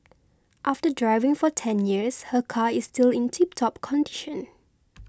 after driving for ten years her car is still in tiptop condition